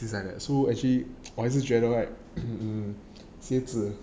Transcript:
so actually 我还是觉得 right 鞋子